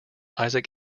isaac